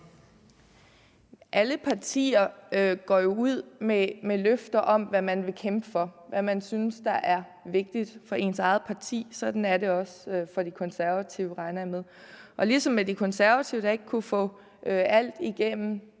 Alle partier går jo ud med løfter om, hvad man vil kæmpe for, hvad man synes er vigtigt for ens eget parti. Sådan er det også for De Konservative, regner jeg med. Og ligesom med De Konservative, der ikke kunne få alt igennem,